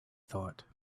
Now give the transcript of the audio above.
thought